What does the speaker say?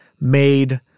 made